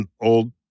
old